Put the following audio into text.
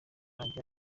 ajya